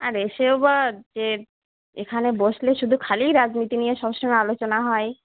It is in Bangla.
আর এসেও বা এর এখানে বসলেও শুধু খালি রাজনীতি নিয়ে সব সময় আলোচনা হয়